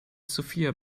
sophia